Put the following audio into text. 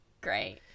great